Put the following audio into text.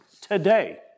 Today